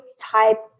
type